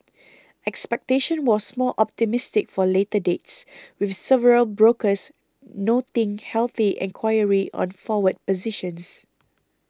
expectation was more optimistic for later dates with several brokers noting healthy enquiry on forward positions